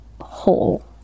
whole